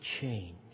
change